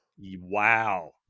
wow